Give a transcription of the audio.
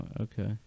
Okay